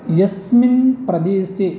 यस्मिन् प्रदेशे